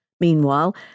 Meanwhile